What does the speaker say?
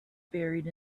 buried